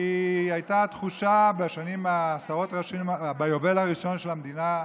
כי הייתה תחושה, ביובל הראשון של המדינה,